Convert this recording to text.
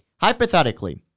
Hypothetically